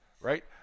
right